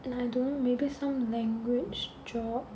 hmm I don't know maybe some language job